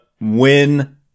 win